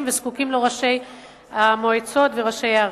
וזקוקים לו ראשי המועצות וראשי הערים.